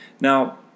Now